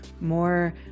more